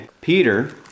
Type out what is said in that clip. Peter